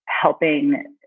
helping